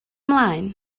ymlaen